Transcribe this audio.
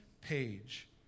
page